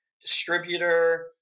distributor